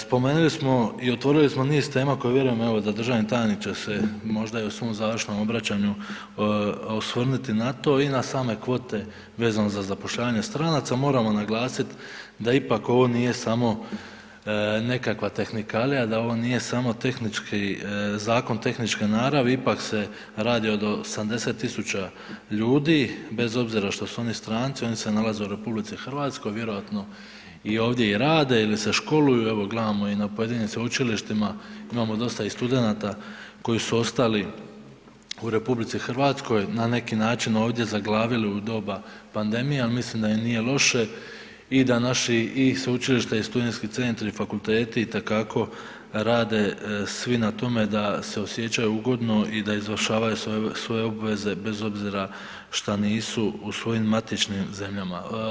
Spomenuli smo i otvorili smo niz tema koje vjerujem evo da državni tajnik će se možda i u svom završnom obraćanju osvrnuti na to i na same kvote vezano za zapošljavanje stranaca, moramo naglasit da ipak ovo nije samo nekakva tehnikalija, da ovo nije samo tehnički zakon, tehnička narav, ipak se radi o 70 000 ljudi, bez obzira što su oni stranci, oni se nalaze u RH, vjerovatno ovdje i rade ili se školuju, evo gledamo i na pojedinim sveučilištima, imamo dosta i studenata koji su ostali u RH, na neki način ovdje zaglavili u doba pandemije ali mislim da im nije loše i da naši i sveučilište i studentski centri i fakulteti itekako rade svi na tome da se osjećaju ugodno i da izvršavaju svoje obveze bez obzira što nisu u svojim matičnim zemljama.